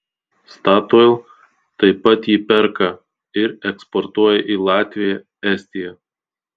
statoil taip pat jį perka ir eksportuoja į latviją estiją